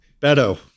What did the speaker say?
Beto